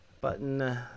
button